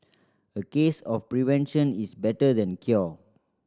a case of prevention is better than cure